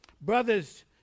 Brothers